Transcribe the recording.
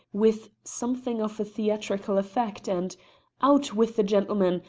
with something of theatrical effect, and out with the gentleman!